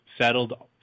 settled